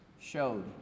showed